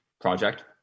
project